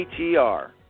ATR